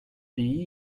pays